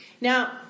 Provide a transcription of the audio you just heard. now